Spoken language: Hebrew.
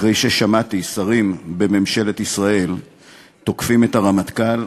אחרי ששמעתי שרים בממשלת ישראל תוקפים את הרמטכ"ל,